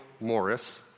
Morris